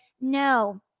No